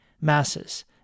Masses